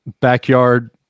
backyard